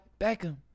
Beckham